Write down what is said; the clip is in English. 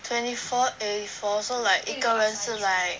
twenty four eighty four so like 一个人是 like